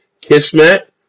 Kismet